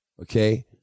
Okay